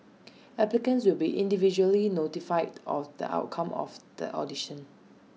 applicants will be individually notified on the outcome of the audition